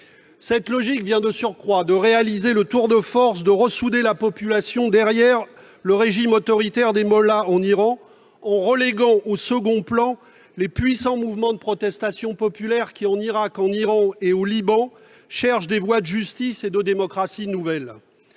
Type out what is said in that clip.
cette logique vient de réussir le tour de force de ressouder la population derrière le régime autoritaire des mollahs en Iran, en reléguant au second plan les puissants mouvements de protestation populaire qui, en Irak, en Iran et au Liban, cherchent des voies de justice et de démocratie nouvelles.